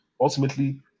Ultimately